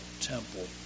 temple